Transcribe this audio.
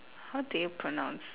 how do you pronounce